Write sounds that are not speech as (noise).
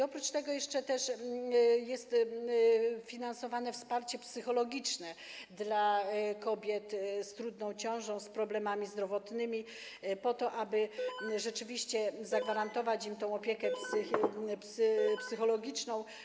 Oprócz tego jeszcze też jest finansowane wsparcie psychologiczne dla kobiet z trudną ciążą, z problemami zdrowotnymi po to, aby (noise) zagwarantować im opiekę psychologiczną.